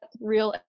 real